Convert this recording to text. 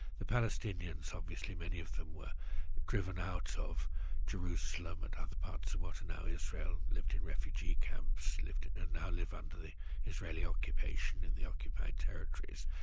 the palestinians obviously many of them were driven out of jerusalem and other parts of what are now israel, lived in refugee camps, they and now live under the israeli occupation in the occupied territories.